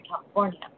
California